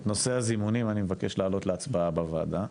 את נושא הזימונים אני מבקש להעלות להצבעה בוועדה.